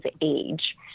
age